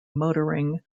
motoring